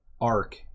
arc